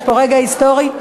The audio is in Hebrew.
מוותר.